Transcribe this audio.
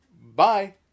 bye